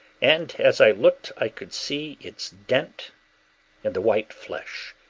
and as i looked i could see its dint in the white flesh.